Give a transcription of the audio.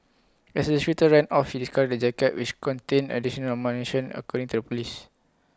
as the shooter ran off he the jacket which contained additional ammunition according to the Police